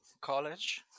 college